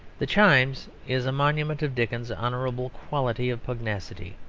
the chimes is a monument of dickens's honourable quality of pugnacity.